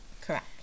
Correct